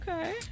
Okay